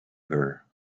her